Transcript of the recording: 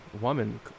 woman